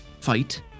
fight